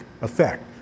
effect